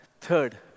third